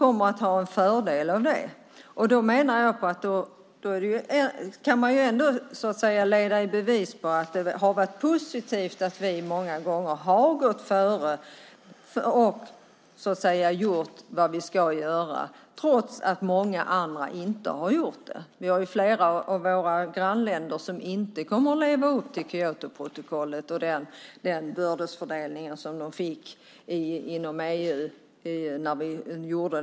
Jag menar att man kan leda i bevis att det har varit positivt att vi många gånger har gått före och gjort vad vi ska göra, trots att många andra inte har gjort det. Flera av våra grannländer har inte kunnat leva upp till Kyotoprotokollet och den bördefördelning som gjordes inom EU.